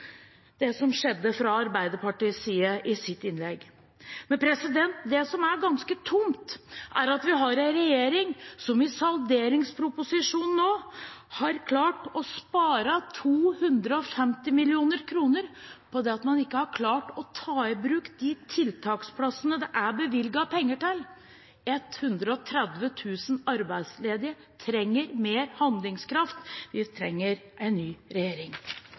det som skjedde fra Arbeiderpartiets side. Det som er ganske tomt, er at vi har en regjering som i salderingsproposisjonen nå har klart å spare 250 mill. kr på at man ikke har klart å ta i bruk de tiltaksplassene det er bevilget penger til. 130 000 arbeidsledige trenger mer handlekraft. Vi trenger en ny regjering.